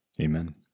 Amen